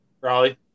Raleigh